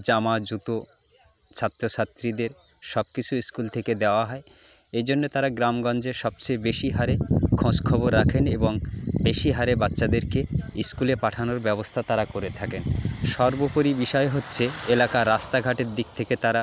জামা জুতো ছাত্র ছাত্রীদের সব কিছু স্কুল থেকে দেওয়া হয় এজন্যে তারা গ্রাম গঞ্জে সবচেয়ে বেশি হারে খোঁজ খবর রাখেন এবং বেশি হারে বাচ্চাদেরকে স্কুলে পাঠানোর ব্যবস্থা তারা করে থাকেন সর্বোপরি বিষয় হচ্ছে এলাকার রাস্তাঘাটের দিক থেকে তারা